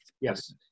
yes